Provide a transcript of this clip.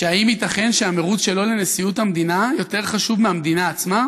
שהאם ייתכן שהמרוץ שלו לנשיאות המדינה יותר חשוב מהמדינה עצמה?